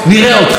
תודה רבה.